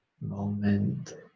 moment